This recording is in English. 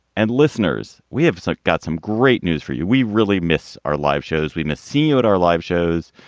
and listeners, we have so got some great news for you. we really miss our live shows. we must see you at our live shows.